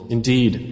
Indeed